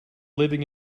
living